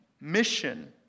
mission